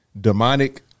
demonic